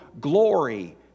glory